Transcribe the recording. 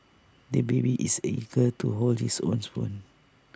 the baby is eager to hold his own spoon